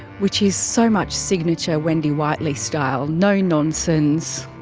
which is so much signature wendy whiteley style. no nonsense,